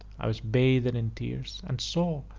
i was bathed and in tears, and so